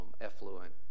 effluent